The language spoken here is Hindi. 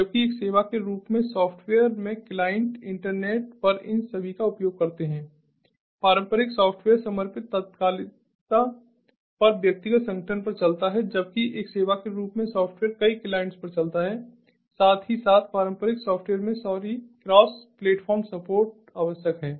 जबकि एक सेवा के रूप में सॉफ्टवेयर में क्लाइंट इंटरनेट पर इन सभी का उपयोग करते हैं पारंपरिक सॉफ्टवेयर समर्पित तात्कालिकता पर व्यक्तिगत संगठन पर चलता है जबकि एक सेवा के रूप में सॉफ्टवेयर कई क्लाइंट्स पर चलता है साथ ही साथ पारंपरिक सॉफ्टवेयर में सॉरी क्रॉस प्लेटफॉर्म सपोर्ट आवश्यक है